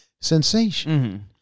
sensation